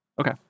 Okay